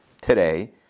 today